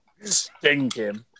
Stinking